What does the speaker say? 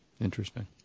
Interesting